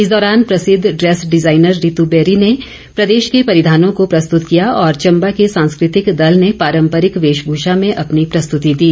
इस दौरान प्रसिद्ध ड्रेस डिजाइनर रित बेरी ने प्रदेश के परिधानों को प्रस्तूत किया और चंबा के सांस्कृतिक दल ने पारम्परिक वेशमूषा में अपनी प्रस्तुति दी